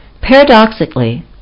Paradoxically